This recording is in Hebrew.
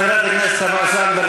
חברת הכנסת תמר זנדברג,